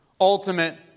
Ultimate